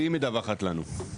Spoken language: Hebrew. והיא מדווחת לנו.